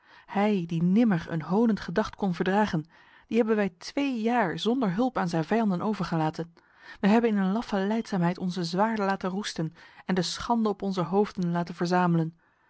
hij die nimmer een honend gedacht kon verdragen die hebben wij twee jaar zonder hulp aan zijn vijanden overgelaten wij hebben in een laffe lijdzaamheid onze zwaarden laten roesten en de schande op onze hoofden laten verzamelen